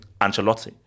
Ancelotti